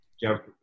jump